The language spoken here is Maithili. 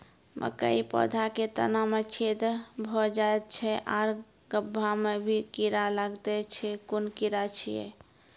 मकयक पौधा के तना मे छेद भो जायत छै आर गभ्भा मे भी कीड़ा लागतै छै कून कीड़ा छियै?